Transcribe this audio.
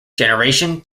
generation